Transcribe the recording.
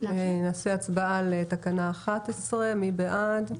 הצבעה על תקנה 11. מי בעד?